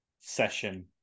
session